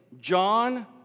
John